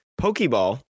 pokeball